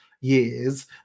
years